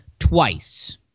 Twice